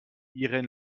irène